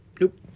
Nope